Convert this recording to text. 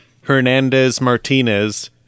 Hernandez-Martinez